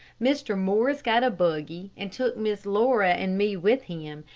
mr. morris got a buggy and took miss laura and me with him,